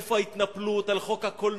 איפה ההתנפלות על חוק הקולנוע,